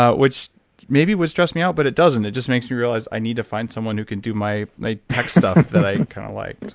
which maybe would stress me out but it doesn't. it just makes me realize i need to find someone who can do my my tech stuff that i kind of like.